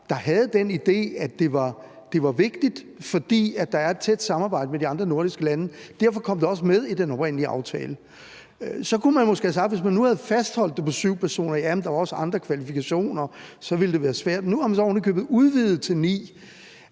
og havde den idé – at det er vigtigt, fordi der er et tæt samarbejde med de andre nordiske lande. Derfor kom det også med i den oprindelige aftale. Så kunne man måske have sagt, hvis man nu havde fastholdt det på 7 personer, at der også var andre kvalifikationer, og at så ville det være svært, men nu har man så ovenikøbet udvidet til 9.